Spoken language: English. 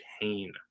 pain